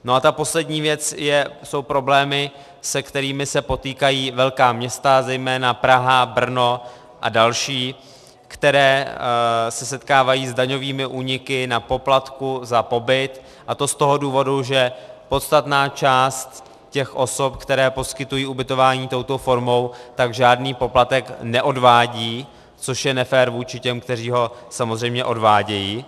No a ta poslední věc jsou problémy, se kterými se potýkají velká města, zejména Praha, Brno a další, které se setkávají s daňovými úniky na poplatku za pobyt, a to z toho důvodu, že podstatná část těch osob, které poskytují ubytování touto formou, žádný poplatek neodvádí, což je nefér vůči těm, kteří ho samozřejmě odvádějí.